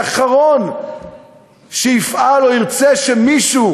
אני האחרון שיפעל או ירצה שמישהו